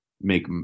make